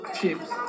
chips